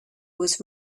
was